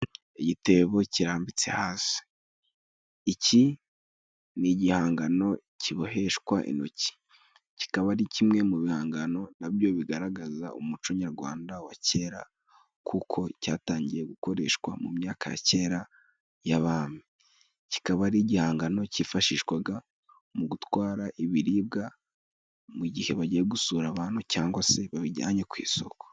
Igitebo kirambitse hasi, iki ni igihangano kiboheshwa intoki, kikaba ari kimwe mu bihangano nabyo bigaragaza umuco nyarwanda wa kera, kuko cyatangiye gukoreshwa mu myaka ya kera y'abami, kikaba ari igihangano cyifashishwaga mu gutwara ibiribwa mu gihe bagiye gusura abantu, cyangwa se babijyanye ku isoko.